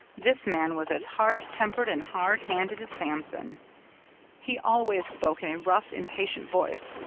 this man was as hard-tempered and hard-handed as samson he always spoke in a rough, impatient voice,